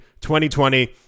2020